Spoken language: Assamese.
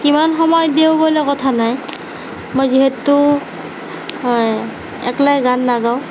কিমান সময় দিওঁ বুলি কথা নাই মই যিহেতু হয় অকলে গান নাগাওঁ